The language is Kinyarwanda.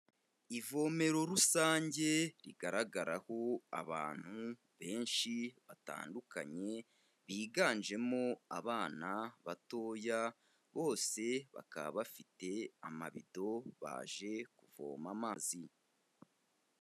Ivomero rusange rigaragaraho abantu benshi batandukanye, biganjemo abana batoya bose bakaba bafite amabido baje kuvoma amazi.